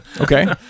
Okay